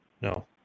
No